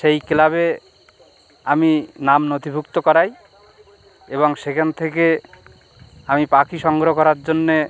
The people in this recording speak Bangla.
সেই ক্লাবে আমি নাম নথিভুক্ত করাই এবং সেখান থেকে আমি পাখি সংগ্রহ করার জন্যে